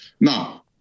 Now